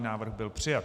Návrh byl přijat.